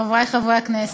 חברי חברי הכנסת,